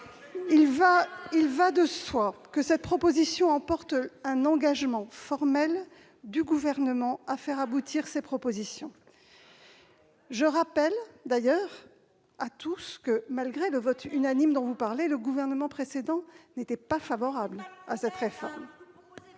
Il va de soi que cette proposition emporte un engagement formel du Gouvernement pour faire aboutir ses propositions. Je rappelle d'ailleurs que, malgré le vote unanime dont vous parlez, le gouvernement précédent n'était pas favorable à cette réforme.